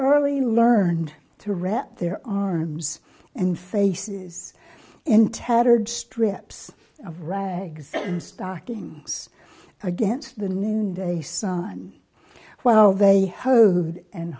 early learned to read their arms and faces in tattered strips of rags and stockings against the noonday sun well they hoed and